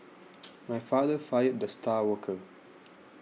my father fired the star worker